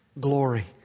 glory